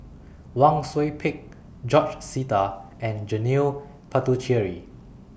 Wang Sui Pick George Sita and Janil Puthucheary